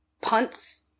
punts